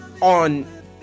on